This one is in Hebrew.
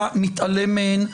אתה מתעלם מהן.